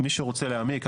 מי שרוצה להעמיק,